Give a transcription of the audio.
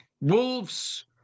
Wolves